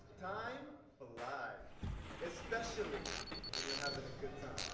time ah like flies especially when you're having a good time.